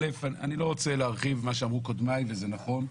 אני לא רוצה להרחיב במה שאמרו קודמי, וזה נכון.